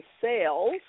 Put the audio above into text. sales